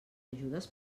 ajudes